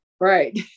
Right